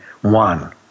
one